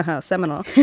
seminal